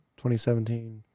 2017